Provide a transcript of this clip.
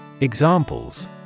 Examples